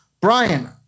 Brian